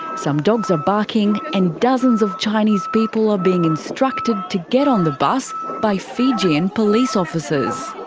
some dogs are barking and dozens of chinese people are being instructed to get on the bus by fijian police officers.